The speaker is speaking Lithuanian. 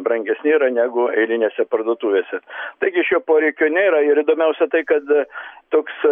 brangesni yra negu eilinėse parduotuvėse taigi šio poreikio nėra ir įdomiausia tai kad toks